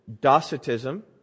docetism